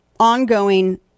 Ongoing